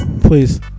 Please